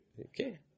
Okay